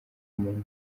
umuntu